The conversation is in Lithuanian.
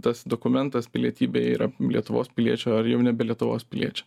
tas dokumentas pilietybė yra lietuvos piliečio ar jau nebe lietuvos piliečio